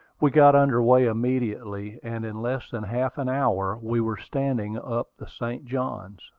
we got under way immediately, and in less than half an hour we were standing up the st. johns.